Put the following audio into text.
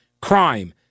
crime